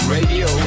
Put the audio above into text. Radio